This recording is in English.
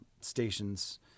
stations